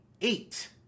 eight